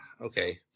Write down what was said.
okay